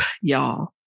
y'all